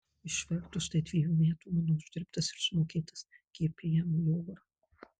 išvertus tai dviejų metų mano uždirbtas ir sumokėtas gpm į orą